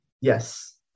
Yes